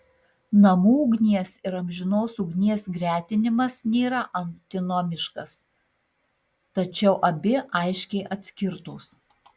namų ugnies ir amžinos ugnies gretinimas nėra antinomiškas tačiau abi aiškiai atskirtos